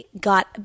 got